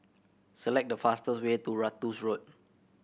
select the fastest way to Ratus Road